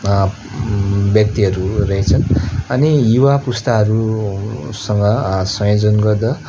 व्यक्तिहरू रहेछ अनि युवा पुस्ताहरूसँग संयोजन गर्दा